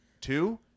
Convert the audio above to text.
two